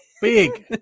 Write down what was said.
big